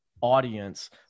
audience